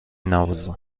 نوازم